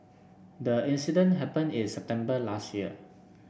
the incident happened in September last year